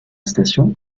station